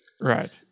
right